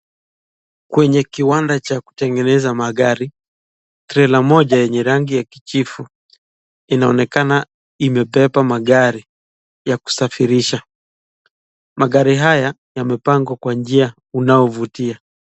Kwenye kiwanda cha kutegeneza magari, trela moja yenye rangi ya kijivu inaonekana imebeba magari ya kusafirisha. Magari haya yamepangwa kwa njia unaovutia.